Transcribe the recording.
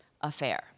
affair